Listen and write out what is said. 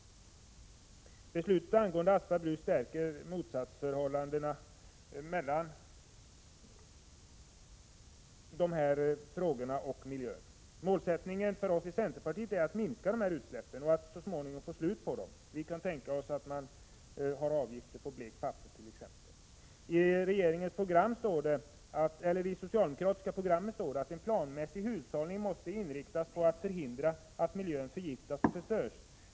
Beslutet angående Aspa bruk stärker motsatsförhållandena när det gäller dessa frågor. Målsättningen för oss i centerpartiet är att minska utsläppen och så småningom få slut på dem. Vi kan tänka oss t.ex. avgifter på blekt papper. I det socialdemokratiska partiprogrammet står det att en planmässig hushållning måste inriktas på att förhindra att miljön förgiftas och förstörs.